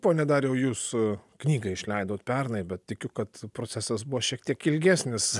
pone dariau jūs knygą išleidot pernai bet tikiu kad procesas buvo šiek tiek ilgesnis